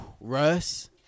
Russ